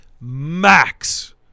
max